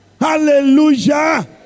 Hallelujah